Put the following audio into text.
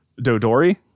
dodori